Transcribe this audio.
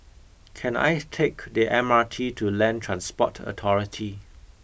can I take the M R T to Land Transport Authority